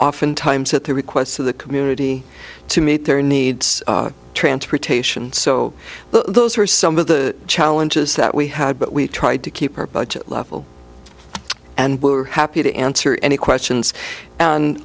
oftentimes at the request of the community to meet their needs transportation so those are some of the challenges that we had but we tried to keep our budget level and we're happy to answer any questions and